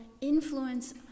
influence